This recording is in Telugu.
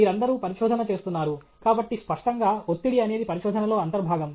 మీరందరూ పరిశోధన చేస్తున్నారు కాబట్టి స్పష్టంగా ఒత్తిడి అనేది పరిశోధనలో అంతర్భాగం